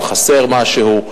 אם חסר משהו,